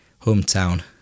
hometown